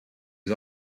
was